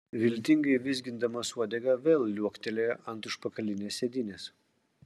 viltingai vizgindamas uodegą vėl liuoktelėjo ant užpakalinės sėdynės